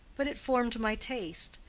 but it formed my taste.